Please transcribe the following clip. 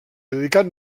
dedicat